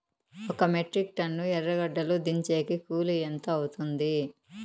ఒక metric ton ఎర్రగడ్డలు దించేకి కూలి ఎంత అవుతుంది?